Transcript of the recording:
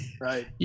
Right